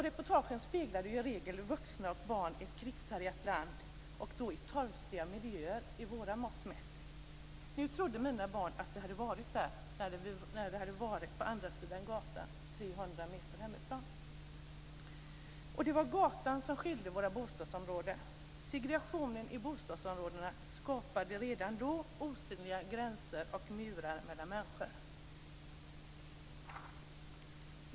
Reportagen speglade i regel vuxna och barn i ett krigshärjat land och då i torftiga miljöer med våra mått mätt. Nu trodde mina barn att vi hade varit där, när vi hade varit på andra sidan gatan 300 meter hemifrån. Det var gatan som skilde våra bostadsområden. Segregationen i bostadsområdena skapade redan då osynliga gränser och murar mellan människor.